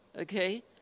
okay